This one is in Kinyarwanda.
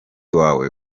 wawe